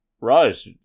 Raj